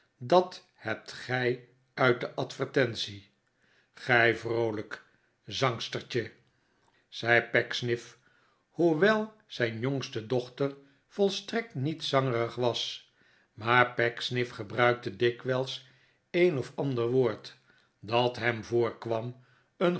dat hebt gij uit de advertentie gij vroolijk zangstertje zei pecksniff hoewel zijn jongste dochter volstrekt niet zangerig was maar pecksniff gebruikte dikwijls een of ander woord dat hem voorkwam